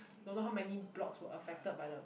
don't know how many blocks were affected by the